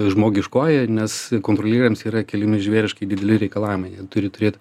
žmogiškoji nes kontrolieriams yra keliami žvėriškai dideli reikalavimai jie turi turėt